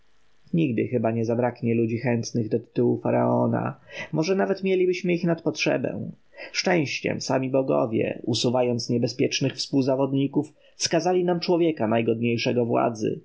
nigdy chyba nie zabraknie ludzi chętnych do tytułu faraona może nawet mielibyśmy ich nad potrzebę szczęściem sami bogowie usuwając niebezpiecznych współzawodników wskazali nam człowieka najgodniejszego władzy